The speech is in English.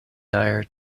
dire